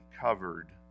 covered